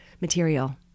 material